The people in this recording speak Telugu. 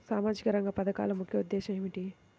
సామాజిక రంగ పథకాల ముఖ్య ఉద్దేశం ఏమిటీ?